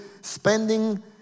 spending